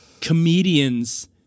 comedians